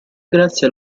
grazie